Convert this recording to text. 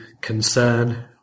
concern